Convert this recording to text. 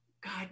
god